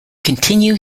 continue